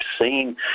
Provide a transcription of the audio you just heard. seen